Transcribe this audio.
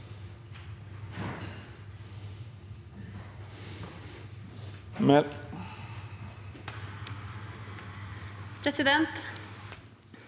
Presidenten